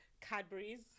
Cadbury's